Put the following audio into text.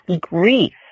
grief